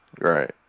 Right